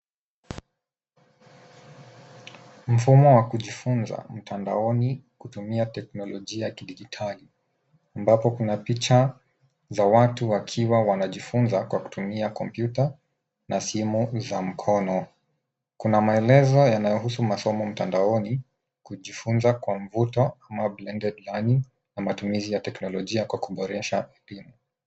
Mfumo wa kujifunza mtandaoni kutumia teknolojia ya kidijitaii. Ambapo kuna picha za watu wakiwa wanajifunza kwa kutumia kompyuta na simu za mkono. Kuna maelezo yanayohusu masomo mtandaoni kujifunza kwa mvuta ama blended learning na matumizi ya teknolojia kwa kuboresha.